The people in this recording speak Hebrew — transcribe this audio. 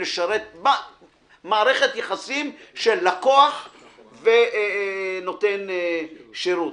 כול לשרת מערכת יחסים של לקוח ונותן שירות,